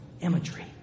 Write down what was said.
imagery